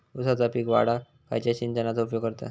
ऊसाचा पीक वाढाक खयच्या सिंचनाचो उपयोग करतत?